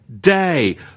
day